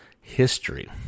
history